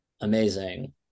amazing